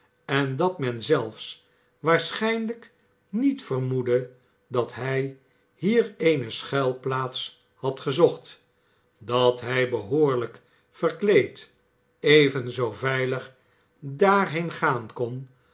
en dat men zelfs waarschijnlijk niet vermoedde dat hij hier eene schuilplaats had gezocht dat hij behoorlijk verkleed even zoo veilig daarheen gaan kon